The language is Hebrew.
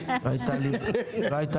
לא הייתה לי ברירה.